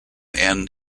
end